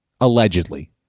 allegedly